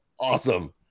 awesome